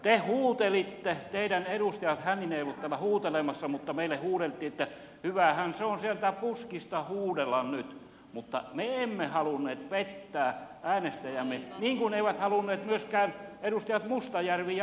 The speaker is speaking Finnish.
te huutelitte teidän edustajat hänninen ei ollut täällä huutelemassa että hyvähän se on sieltä puskista huudella nyt mutta me emme halunneet pettää äänestäjiämme niin kuin eivät halunneet myöskään edustajat mustajärvi ja yrttiaho ja heidät erotettiin ryhmästä